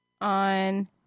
on